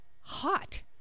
hot